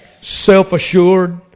self-assured